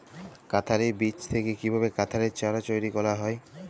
কাঁঠালের বীজ থেকে কীভাবে কাঁঠালের চারা তৈরি করা হয়?